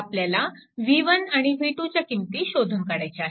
आपल्याला V1 आणि V2 च्या किंमती शोधून काढायच्या आहेत